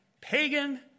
pagan